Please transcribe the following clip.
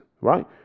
right